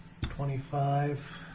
Twenty-five